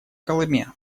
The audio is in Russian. колыме